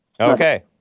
Okay